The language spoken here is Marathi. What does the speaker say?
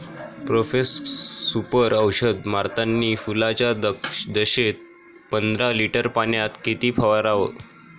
प्रोफेक्ससुपर औषध मारतानी फुलाच्या दशेत पंदरा लिटर पाण्यात किती फवाराव?